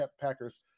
Packers